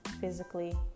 physically